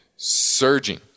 surging